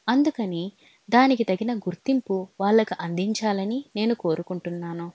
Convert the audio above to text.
అందుకని దానికి తగిన గుర్తింపు వాళ్ళకు అందించాలని నేను కోరుకుంటున్నాను